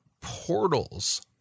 portals